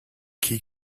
key